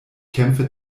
kämpfe